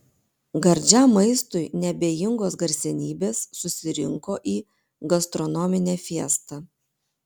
gardžiam maistui neabejingos garsenybės susirinko į gastronominę fiestą